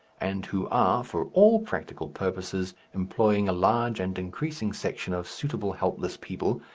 and who are, for all practical purposes, employing a large and increasing section of suitable helpless people,